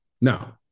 Now